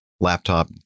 laptop